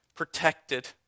protected